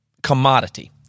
commodity